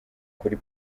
kuri